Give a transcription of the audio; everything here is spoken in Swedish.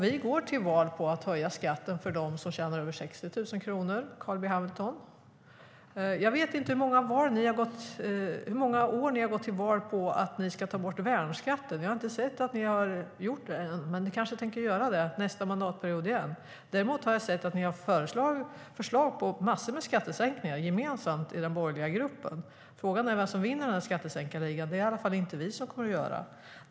Vi går till val på att höja skatten för dem som tjänar över 60 000 kronor, Carl B Hamilton. Jag vet inte hur många år ni har gått till val på att ta bort värnskatten. Jag har inte sett att ni har gjort det än, men ni kanske tänker göra det nästa mandatperiod. Jag har däremot sett att ni gemensamt i den borgerliga gruppen har föreslagit massor av skattesänkningar. Frågan är vem som vinner skattesänkarligan. Det blir i alla fall inte vi.